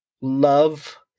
love